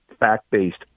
fact-based